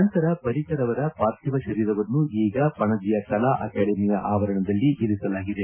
ನಂತರ ಪ್ರಿಕರ್ ಅವರ ಪಾರ್ಥಿವ ಶರೀರವನ್ನು ಈಗ ಪಣಜಿಯ ಕಲಾ ಅಕಾಡೆಮಿಯ ಆವರಣದಲ್ಲಿ ಇರಿಸಲಾಗಿದೆ